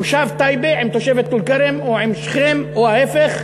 תושב טייבה עם תושבת טול-כרם או שכם, או ההפך.